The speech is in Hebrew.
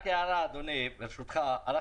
רק הערה, אדוני, ברשותך.